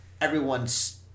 everyone's